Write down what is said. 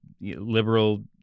liberal